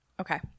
Okay